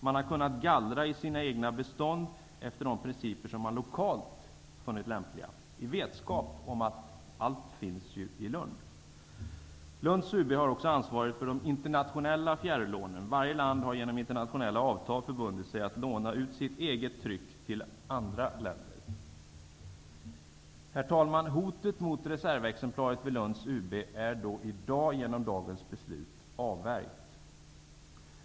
De har kunnat gallra i sina egna bestånd efter principer som de lokalt har funnit lämpliga i vetskap om att ''allt finns ju i Lunds UB har också ansvaret för de internationella fjärrlånen. Varje land har genom internationella avtal förbundigt sig att låna ut sitt eget tryck till andra länder. Herr talman! Hotet mot reservexemplaret vid Lunds UB är med hjälp av det beslut som skall fattas i dag avvärjt.